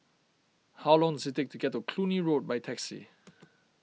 how long it's take to get to Cluny Road by taxi